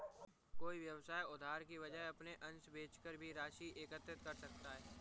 कोई व्यवसाय उधार की वजह अपने अंश बेचकर भी राशि एकत्रित कर सकता है